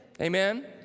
amen